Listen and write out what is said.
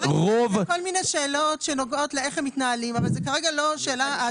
אלה כל מיני שאלות שנוגעות לשאלה איך הם מתנהלים אבל זאת כרגע לא שאלה.